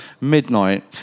midnight